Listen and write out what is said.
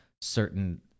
certain